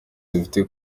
dufite